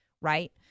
right